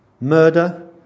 murder